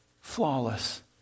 flawless